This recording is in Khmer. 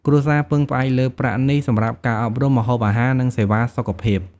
គ្រួសារពឹងផ្អែកលើប្រាក់នេះសម្រាប់ការអប់រំ ម្ហូបអាហារ និងសេវាសុខភាព។